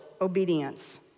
obedience